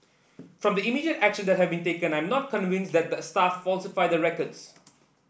from the immediate action that have been taken I am not convinced that the staff falsified the records